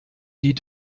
die